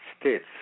States